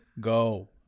Go